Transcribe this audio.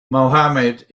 mohammed